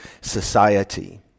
society